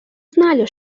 знали